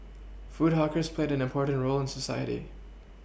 food hawkers played an important role in society